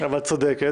אבל את צודקת,